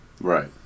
Right